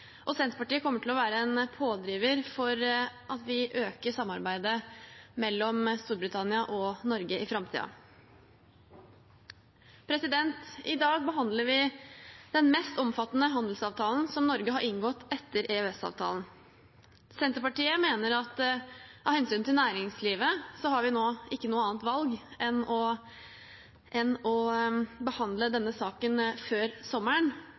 og Senterpartiet kommer til å være en pådriver for at vi øker samarbeidet mellom Storbritannia og Norge i framtiden. I dag behandler vi den mest omfattende handelsavtalen Norge har inngått etter EØS-avtalen. Senterpartiet mener at vi av hensyn til næringslivet nå ikke har noe annet valg enn å behandle denne saken før sommeren.